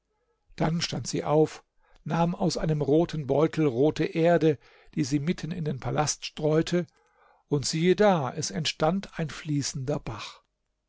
dann stand sie auf nahm aus einem roten beutel rote erde die sie mitten in den palast streute und siehe da es entstand ein fließender bach